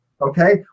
Okay